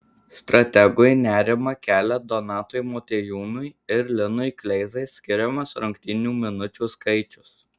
strategui nerimą kelia donatui motiejūnui ir linui kleizai skiriamas rungtynių minučių skaičius